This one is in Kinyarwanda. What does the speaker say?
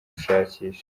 gushakisha